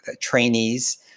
trainees